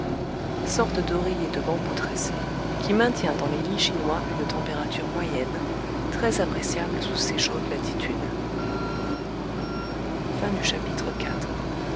sorte d'oreiller de bambou tressé qui maintient dans les lits chinois une température moyenne très appréciable sous ces chaudes latitudes